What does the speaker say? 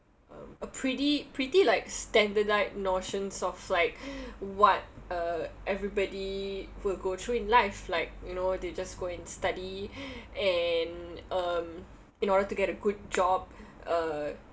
um a pretty pretty like standardized notions of like what uh everybody will go through in life like you know they just go and study and um in order to get a good job uh